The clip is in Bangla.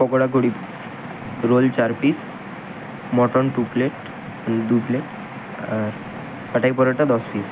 পকোড়া কুড়ি পিস রোল চার পিস মটন টু প্লেট দু প্লেট আর পেটাই পরোটা দশ পিস